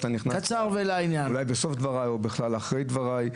נכנסת אולי בסוף דבריי או בכלל אחרי דבריי.